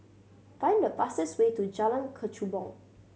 find the fastest way to Jalan Kechubong